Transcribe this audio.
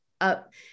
up